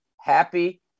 happy